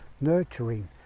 nurturing